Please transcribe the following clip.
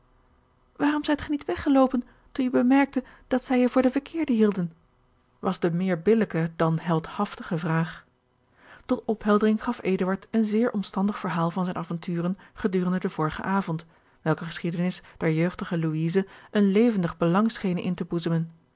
waarom zijt ge niet weggeloopen toen je bemerkte dat zij je voor den verkeerde hielden was de meer billijke dan heldhaftige vraag tot opheldering gaf eduard een zeer omstandig verhaal van zijne avonturen gedurende den vorigen avond welke geschiedenis der jeugdige louise een levendig belang schenen in te boezemen